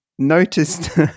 noticed